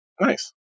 Nice